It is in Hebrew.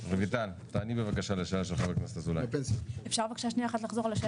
אפשר בבקשה לחזור על השאלה?